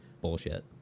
bullshit